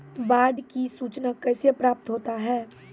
बाढ की सुचना कैसे प्राप्त होता हैं?